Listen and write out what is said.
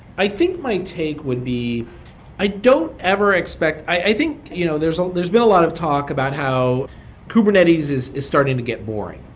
i think my take would be i don't ever expect i think, you know there's no ah there's been a lot of talk about how kubernetes is is starting to get boring.